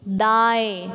दाएँ